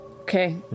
Okay